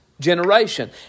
generation